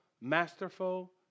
masterful